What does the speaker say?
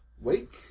wake